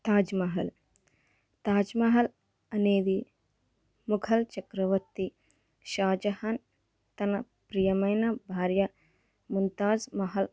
తాజ్ మహల్ తాజ్ మహల్ అనేది మొఘల్ చక్రవర్తి షాజహాన్ తన ప్రియమైన భార్య ముంతాజ్ మహల్